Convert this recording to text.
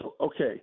okay